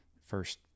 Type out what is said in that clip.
first